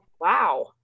wow